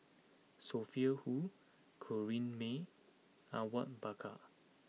Sophia Hull Corrinne May Awang Bakar